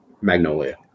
Magnolia